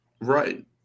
right